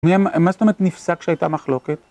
מה זאת אומרת נפסק שהייתה מחלוקת?